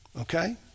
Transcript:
Okay